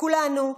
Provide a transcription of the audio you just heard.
כולנו,